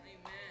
Amen